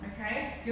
Okay